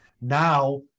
now